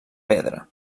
pedra